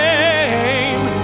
name